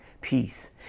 peace